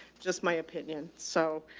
just my opinion. so,